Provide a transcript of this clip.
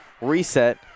Reset